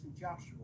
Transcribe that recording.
Joshua